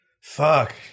Fuck